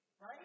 Right